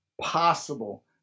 possible